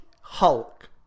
Hulk